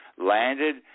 landed